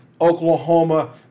Oklahoma